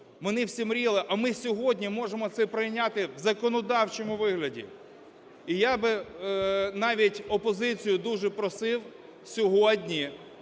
Вони всі мріяли, а ми сьогодні можемо це прийняти в законодавчому вигляді. І я би навіть опозицію дуже просив сьогодні